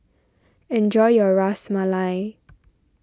enjoy your Ras Malai